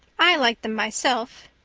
i like them myself.